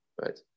Right